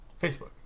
Facebook